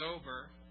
over